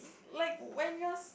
like when you're